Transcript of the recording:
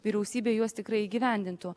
vyriausybė juos tikrai įgyvendintų